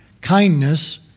kindness